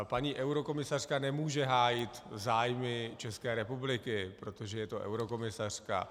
Paní eurokomisařka nemůže hájit zájmy České republiky, protože je to eurokomisařka.